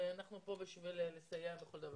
אנחנו כאן בשביל לסייע בכל דבר.